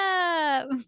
up